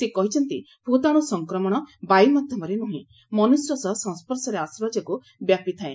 ସେ କହିଛନ୍ତି ଭୂତାଣୁ ସଂକ୍ରମଣ ବାୟୁ ମାଧ୍ୟମରେ ନୁହେଁ ମନୁଷ୍ୟ ସହ ସଂସ୍ୱର୍ଶରେ ଆସିବା ଯୋଗୁଁ ବ୍ୟାପିଥାଏ